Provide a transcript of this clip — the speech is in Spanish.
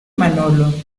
manolo